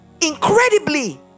incredibly